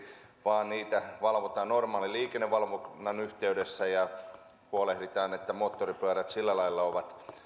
vaan niitä valvotaan normaalin liikennevalvonnan yhteydessä ja huolehditaan että moottoripyörät sillä lailla ovat